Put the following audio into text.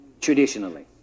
Traditionally